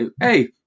Hey